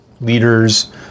leaders